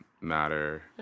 matter